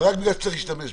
בגלל שצריך להשתמש בזה.